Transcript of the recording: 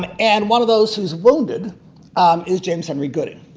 um and one of those who is wounded um is james henry gooding.